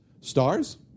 Stars